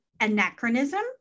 Anachronism